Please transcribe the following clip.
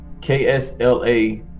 ksla